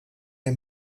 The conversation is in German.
der